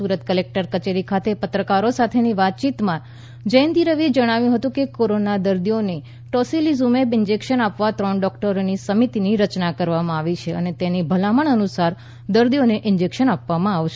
Surat collector કચેરી ખાતે પત્રકારો સાથેની વાતચીતમા જયંતિ રવિએ જણાવ્યું હતું કે કોરોના દર્દીઓને ટોસીલીઝ્રમેબ ઇન્જેકશન આપવા ત્રણ ડોક્ટરોની સમિતીની રચના કરવામાં આવી છે અને તેની ભલામણ અનુસાર દર્દીઓને ઈન્જેકશન આપવામાં આવશે